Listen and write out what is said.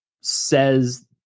says